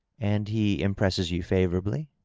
and he impresses you favorably?